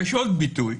יש עוד ביטוי,